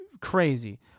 crazy